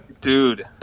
Dude